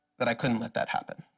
that i couldn't let that happen.